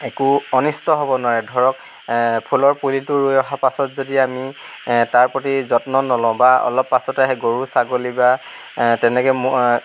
একো অনিষ্ট হ'ব নোৱাৰে ধৰক ফুলৰ পুলিটো ৰুই অহাৰ পাছত যদি আমি তাৰ প্ৰতি যত্ন নলওঁ বা অলপ পাছতে আহি গৰু ছাগলী বা তেনেকৈ